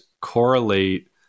correlate